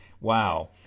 Wow